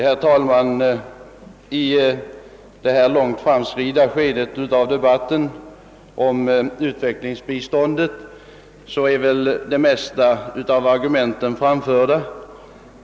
Herr talman! I detta långt framskridna skede av debatten om utvecklingsbiståndet är väl de flesta argumenten framförda.